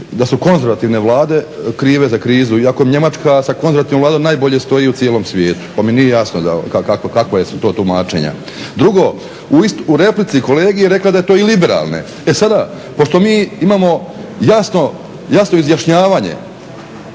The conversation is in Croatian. da su konzervativne vlade krive za krizu iako Njemačka sa konzervativnom vladom najbolje stoji u cijelom svijetu pa mi nije jasno kakva su to tumačenja. Drugo, u replici kolegi je rekla da je to i liberalne. E sada, pošto mi imamo jasno izjašnjavanje